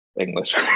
English